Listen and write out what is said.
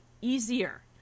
easier